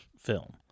film